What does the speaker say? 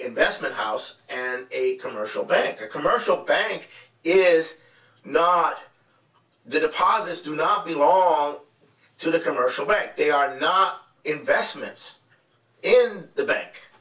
investment house and a commercial bank or a commercial bank it is not the deposits do not belong to the commercial bank they are not investments and the ba